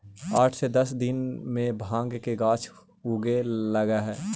आठ से दस दिन में भाँग के गाछ उगे लगऽ हइ